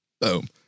Boom